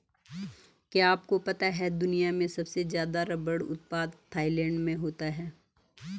क्या आपको पता है दुनिया में सबसे ज़्यादा रबर उत्पादन थाईलैंड में होता है?